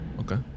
Okay